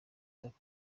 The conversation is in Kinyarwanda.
tuff